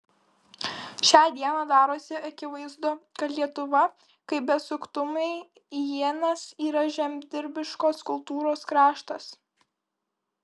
šią dieną darosi akivaizdu kad lietuva kaip besuktumei ienas yra žemdirbiškos kultūros kraštas